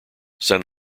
san